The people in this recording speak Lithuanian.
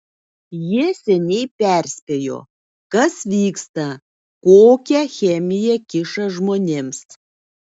jie seniai perspėjo kas vyksta kokią chemiją kiša žmonėms